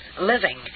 living